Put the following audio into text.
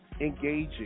engaging